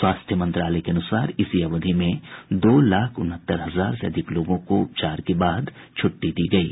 स्वास्थ्य मंत्रालय के अनुसार इसी अवधि में दो लाख उनहत्तर हजार से अधिक लोगों को उपचार के बाद छुट्टी दी गयी